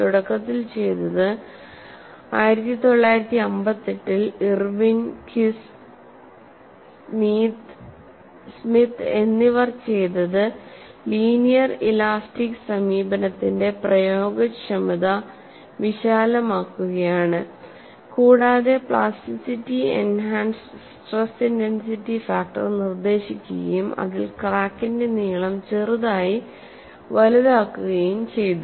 തുടക്കത്തിൽ ചെയ്തത് 1958 ൽ ഇർവിൻ കീസ് സ്മിത്ത് എന്നിവർ ചെയ്തത് ലീനിയർ ഇലാസ്റ്റിക് സമീപനത്തിന്റെ പ്രയോഗക്ഷമത വിശാലമാക്കുകയാണ് കൂടാതെ plasticity enhanced stress intensity factor നിർദ്ദേശിക്കുകയും അതിൽ ക്രാക്കിന്റെ നീളം ചെറുതായി വലുതാക്കുകയും ചെയ്തു